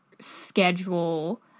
schedule